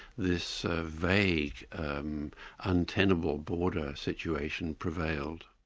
this vague um untenable border situation prevailed.